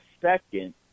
second